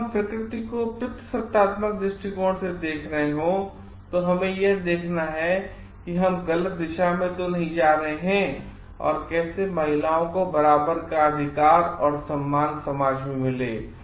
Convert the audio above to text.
जब हम प्रकृति को पितृसत्तात्मक दृश्टिकोण से देख रहे हों तो और तो हमें यह देखना है कि हम गलत दिशा में तो नहीं जा रहे हैं और कैसे महिलओं को बराबर का अधिकार और सम्मान समाज में मिले